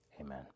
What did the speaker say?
Amen